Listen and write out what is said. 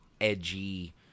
edgy